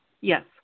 Yes